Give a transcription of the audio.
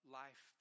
life